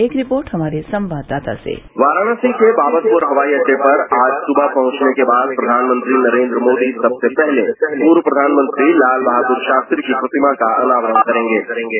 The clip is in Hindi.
एक रिपोर्ट हमारे संवाददाता से वाराणसी के बाबतपुर हवाई अड्डे पर आज सुबह पहुंचने के बाद प्रधानमंत्री नरेन्द्र मोदी सबसे पहले पहले पूर्व प्रधानमंत्री लाल बहादुर शास्त्री की प्रतिमा का अनावरण करेगे